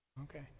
Okay